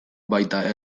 baita